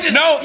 no